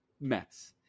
Mets